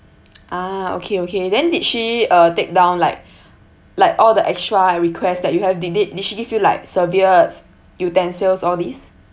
ah okay okay then did she uh take down like like all the extra and request that you have did they did she give you like serviette utensils all these